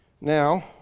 Now